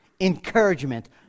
encouragement